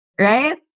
Right